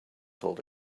told